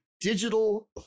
digital